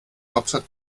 hauptstadt